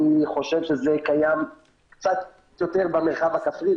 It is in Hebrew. אני חושב שזה קיים קצת יותר במרחב הכפרי,